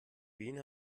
wen